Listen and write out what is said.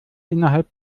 innerhalb